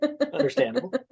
understandable